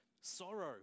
sorrow